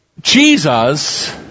Jesus